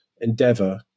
endeavour